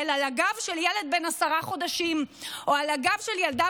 על הגב של ילד בן עשרה חודשים או על הגב של ילדה